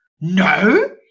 no